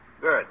Good